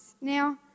Now